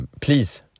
please